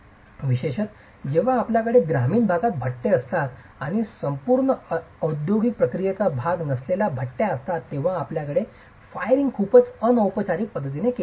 विशेषत जेव्हा आपल्याकडे ग्रामीण भागात भट्टे असतात आणि संपूर्ण औद्योगिक प्रक्रियेचा भाग नसलेल्या भट्ट्या असतात तेव्हा आपल्याकडे फायरिंग खूपच अनौपचारिक पद्धतीने केला जातो